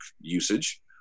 usage